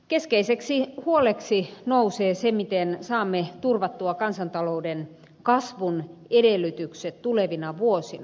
keskeiseksi huoleksi nousee se miten saamme turvatuksi kansantalouden kasvun edellytykset tulevina vuosina